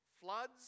Floods